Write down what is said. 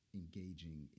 engaging